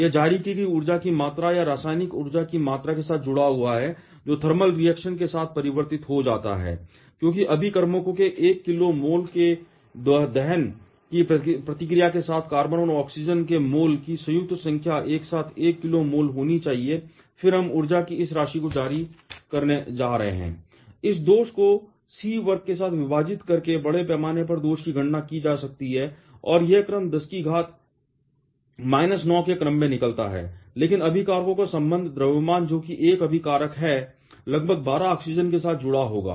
यह जारी की गई ऊर्जा की मात्रा या रासायनिक ऊर्जा की मात्रा के साथ जुड़ा हुआ है जो थर्मल रिएक्शन के साथ परिवर्तित हो जाता है क्योंकि अभिकर्मकों के 1 किलो मोल के दहन की प्रतिक्रिया के साथ कार्बन और ऑक्सीजन के मोल की संयुक्त संख्या एक साथ 1 किलो मोल होनी चाहिए फिर हम ऊर्जा की इस राशि को जारी करने जा रहे हैं इस दोष को C वर्ग के साथ विभाजित करके बड़े पैमाने पर दोष की गणना की जा सकती है और यह 10 9 के क्रम में निकलता है लेकिन अभिकारकों का संबद्ध द्रव्यमान जो कि 1 अभिकारक का है लगभग 12 ऑक्सीजन के साथ जुड़ा होगा